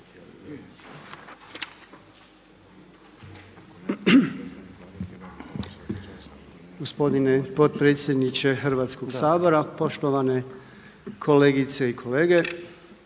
Gospodine potpredsjedniče Hrvatskog sabora, poštovane kolegice i kolege.